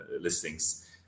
listings